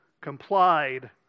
complied